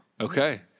Okay